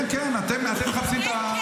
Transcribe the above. כן, כן, אתם מחפשים את,